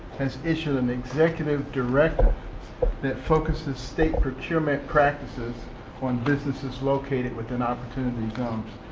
has issued an executive directive that focuses state procurement practices on businesses located within opportunity zones.